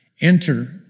Enter